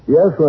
Yes